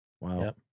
Wow